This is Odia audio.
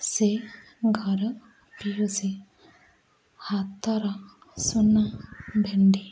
ସେ ଘର ପିଉସୀ ଆପଣା ସୁନା ଭେଣ୍ଡି